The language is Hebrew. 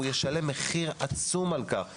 הוא ישלם מחיר עצום על כך,